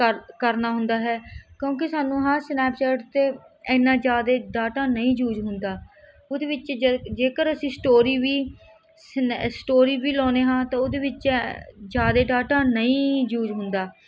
ਕਰ ਕਰਨਾ ਹੁੰਦਾ ਹੈ ਕਿਉਂਕਿ ਸਾਨੂੰ ਹਾਂ ਸਨੈਪਚੈਟ 'ਤੇ ਇੰਨਾ ਜ਼ਿਆਦਾ ਡਾਟਾ ਨਹੀਂ ਯੂਜ ਹੁੰਦਾ ਉਹਦੇ ਵਿੱਚ ਜੇ ਜੇਕਰ ਅਸੀਂ ਸਟੋਰੀ ਵੀ ਸਨੈ ਸਟੋਰੀ ਵੀ ਲਾਉਂਦੇ ਹਾਂ ਤਾਂ ਉਹਦੇ ਵਿੱਚ ਜ਼ਿਆਦਾ ਡਾਟਾ ਨਹੀਂ ਯੂਜ ਹੁੰਦਾ